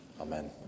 Amen